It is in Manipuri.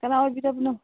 ꯀꯅꯥ ꯑꯣꯏꯕꯤꯔꯕꯅꯣ